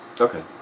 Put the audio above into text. Okay